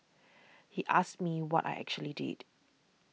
he asked me what I actually did